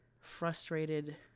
frustrated